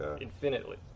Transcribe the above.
infinitely